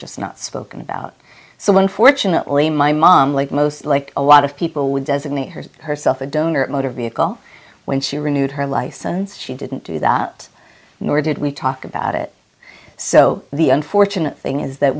just not spoken about so unfortunately my mom like most like a lot of people would designate her herself a donor motor vehicle when she renewed her license she didn't do that nor did we talk about it so the unfortunate thing is that